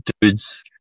dudes